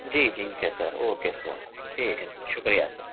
جی جی ٹھیک ہے سر اوکے سر ٹھیک ہے سرشکریہ سر